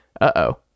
uh-oh